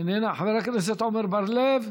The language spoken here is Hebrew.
איננה, חבר הכנסת עמר בר-לב.